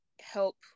help